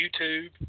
YouTube